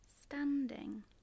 standing